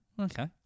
Okay